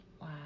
Wow